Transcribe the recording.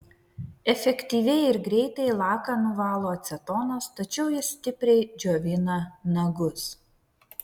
efektyviai ir greitai laką nuvalo acetonas tačiau jis stipriai džiovina nagus